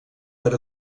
per